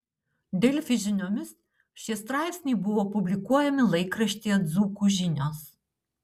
delfi žiniomis šie straipsniai buvo publikuojami laikraštyje dzūkų žinios